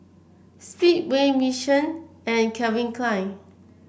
Speedway Mission and Calvin Klein